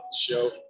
show